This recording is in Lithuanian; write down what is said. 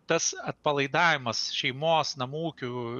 tas atpalaidavimas šeimos namų ūkių